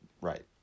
Right